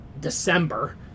december